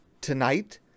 tonight